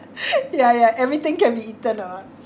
ya ya everything can be eaten not